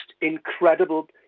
incredible